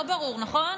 לא ברור, נכון?